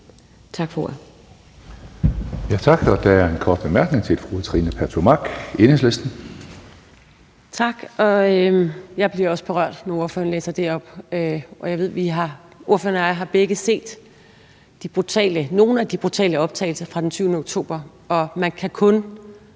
Tak for ordet.